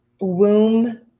womb